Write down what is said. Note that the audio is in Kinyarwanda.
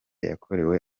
yakorewe